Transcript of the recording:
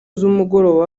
z’umugoroba